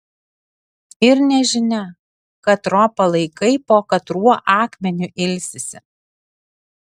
ir nežinia katro palaikai po katruo akmeniu ilsisi